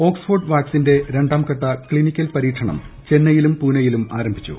Oxford വാക്സിന്റെ ര്ണ്ടാംഘട്ട clinical പരീക്ഷണം ചെന്നൈയിലും പൂനെയിലും ആരംഭിച്ചു